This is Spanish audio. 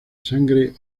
sangre